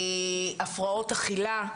הפרעות אכילה,